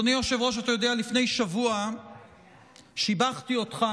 אדוני היושב-ראש, אתה יודע, לפני שבוע שיבחתי אותך